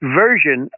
version